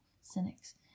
cynics